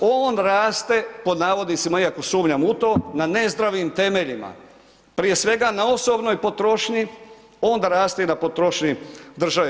On raste, pod navodnicima iako sumnjam u to, na nezdravim temeljima, prije svega na osobnoj potrošnji, onda raste i na potrošnji države.